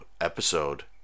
episode